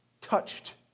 touched